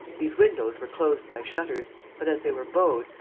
these windows were closed by shutters but, as they were bowed,